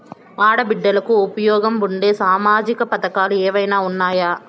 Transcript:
ఆడ బిడ్డలకు ఉపయోగం ఉండే సామాజిక పథకాలు ఏమైనా ఉన్నాయా?